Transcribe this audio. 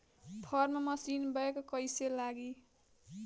Form machine bank कईसे लागी?